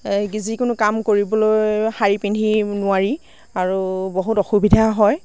যিকোনো কাম কৰিবলৈ শাৰী পিন্ধি নোৱাৰি আৰু বহুত অসুবিধা হয়